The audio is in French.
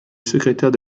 secrétaire